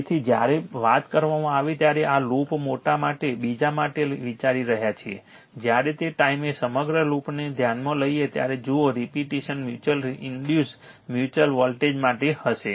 તેથી જ્યારે વાત કરવામાં આવે ત્યારે આ લૂપ મોટા માટે બીજા માટે વિચારી રહ્યા છીએ જ્યારે તે ટાઈમે સમગ્ર લૂપને ધ્યાનમાં લઈએ ત્યારે જુઓ repetition mutual induce mutual voltage માટે હશે